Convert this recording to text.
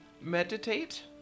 meditate